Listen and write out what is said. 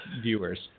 viewers